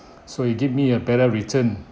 so it give me a better return